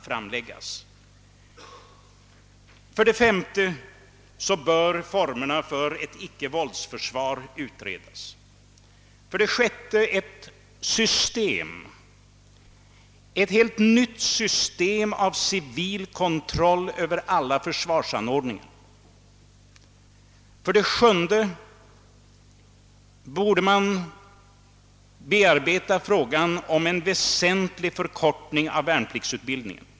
För det fjärde bör formerna för ett icke-våldsförsvar utredas. För det femte bör ett helt nytt system av civil kontroll över alla försvarsanordningar införas. För det sjätte borde man bearbeta frågan om en väsentlig förkortning av värnpliktsutbildningen.